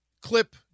Clip